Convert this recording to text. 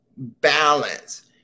Balance